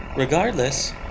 Regardless